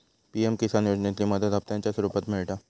PM Kisan योजनेतली मदत हप्त्यांच्या स्वरुपात मिळता